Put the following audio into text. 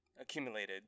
accumulated